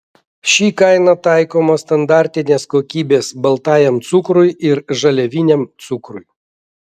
ši kaina taikoma standartinės kokybės baltajam cukrui ir žaliaviniam cukrui